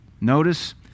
Notice